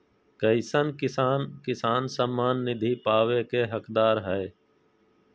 कईसन किसान किसान सम्मान निधि पावे के हकदार हय?